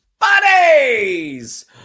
buddies